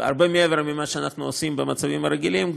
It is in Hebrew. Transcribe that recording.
הרבה מעבר למה שאנחנו עושים במצבים הרגילים,